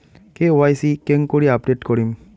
KYC কেঙ্গকরি update করিম?